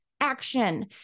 action